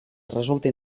resulti